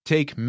Take